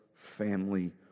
Family